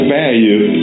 value